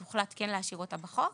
הוחלט כן להשאיר אותה בחוק,